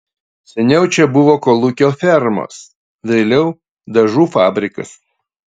seniau čia buvo kolūkio fermos vėliau dažų fabrikas